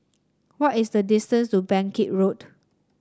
what is the distance to Bangkit Road